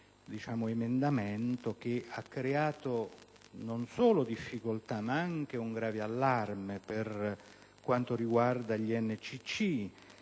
questo emendamento, che ha creato non solo difficoltà, ma anche un grave allarme per quanto riguarda gli NCC.